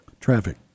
traffic